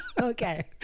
okay